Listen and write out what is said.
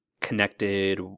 connected